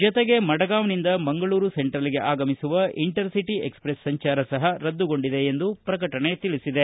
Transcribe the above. ಜತೆಗೆ ಮಡಗಾಂವ್ ನಿಂದ ಮಂಗಳೂರು ಸೆಂಟ್ರಲ್ಗೆ ಆಗಮಿಸುವ ಇಂಟರ್ಸಿಟಿ ಎಕ್ಸ್ಪ್ರೆಸ್ ಸಂಚಾರ ಸಹ ರದ್ದುಗೊಂಡಿದೆ ಎಂದು ಪ್ರಕಟಣೆ ತಿಳಿಸಿದೆ